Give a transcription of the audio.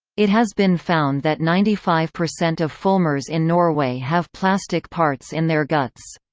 it has been found that ninety five percent of fulmars in norway have plastic parts in their guts.